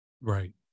Right